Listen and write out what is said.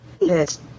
Yes